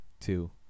two